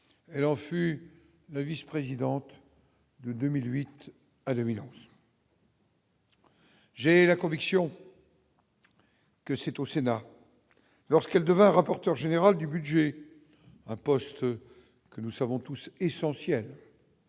le refus, la vice-présidente de 2008 à dominance. J'ai la conviction. Que c'est au Sénat lorsqu'elle devint rapporteur général du Budget, un poste que nous savons tous essentiels